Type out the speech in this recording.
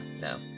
no